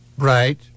Right